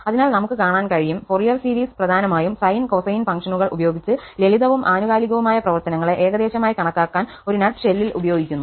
അതിനാൽ നമുക് കാണാൻ കഴിയും ഫൊറിയർ സീരീസ് പ്രധാനമായും സൈൻ കൊസൈൻ ഫംഗ്ഷനുകൾ ഉപയോഗിച്ച് ലളിതവും ആനുകാലികവുമായ പ്രവർത്തനങ്ങളെ ഏകദേശമായി കണക്കാക്കാൻ ഒരു നട്ട് ഷെല്ലിൽ ഉപയോഗിക്കുന്നു